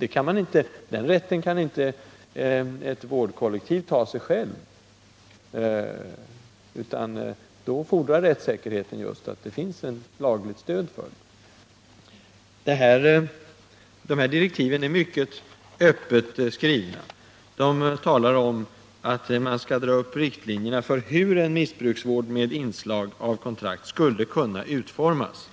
Ett vårdkollektiv kan inte självt ta sig en sådan rätt, utan rättssäkerheten fordrar att det finns ett lagligt stöd för det. Direktiven är mycket öppet skrivna. De talar om att utredaren skall ”dra upp riktlinjerna för hur en missbruksvård med inslag av kontrakt skulle kunna utformas”